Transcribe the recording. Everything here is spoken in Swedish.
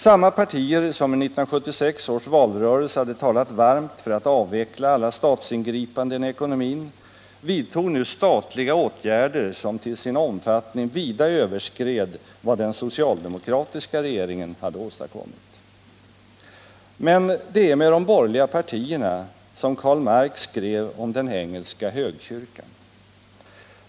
Samma partier som i 1976 års valrörelse hade talat varmt för att avveckla alla statsingripanden i ekonomin vidtog nu statliga åtgärder som till sin omfattning vida överskred vad den socialdemokratiska regeringen hade åstadkommit. Men det är med de borgerliga partierna som Karl Marx skrev om den engelska högkyrkan.